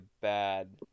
bad